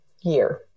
year